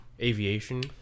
aviation